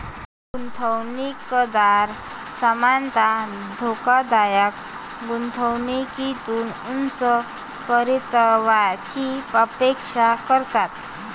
गुंतवणूकदार सामान्यतः धोकादायक गुंतवणुकीतून उच्च परताव्याची अपेक्षा करतात